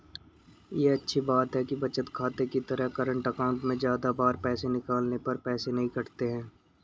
ये अच्छी बात है कि बचत खाते की तरह करंट अकाउंट में ज्यादा बार पैसे निकालने पर पैसे नही कटते है